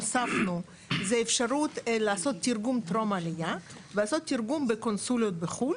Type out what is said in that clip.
הוספנו אפשרות לעשות תרגום טרום עלייה בקונסוליות בחו"ל.